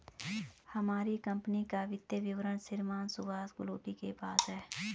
हमारी कम्पनी का वित्तीय विवरण श्रीमान सुभाष गुलाटी के पास है